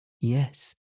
Yes